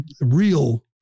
real